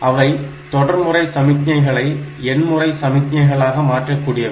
அவை தொடர்முறை சமிக்ஞைகளை எண்முறை சமிக்ஞைகளாக மாற்றக்கூடியவை